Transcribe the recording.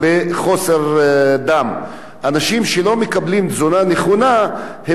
אנשים שלא מקבלים תזונה נכונה הם בהכרח סובלים מתת-תזונה,